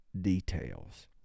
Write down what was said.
details